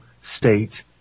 state